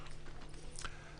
כמוהם.